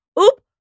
oop